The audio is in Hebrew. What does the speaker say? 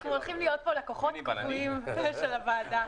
אנחנו הולכים להיות פה לקוחות קבועים של הוועדה.